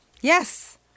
Yes